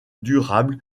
durable